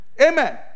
Amen